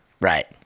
Right